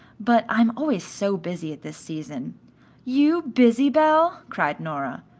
but i am always so busy at this season you busy, belle, cried nora.